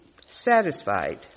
satisfied